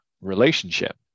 relationship